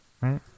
right